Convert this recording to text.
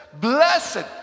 blessed